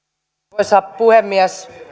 arvoisa puhemies